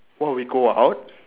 oh we go out